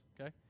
okay